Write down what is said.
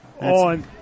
on